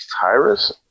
Tyrus